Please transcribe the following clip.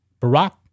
Barack